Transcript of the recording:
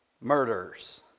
murders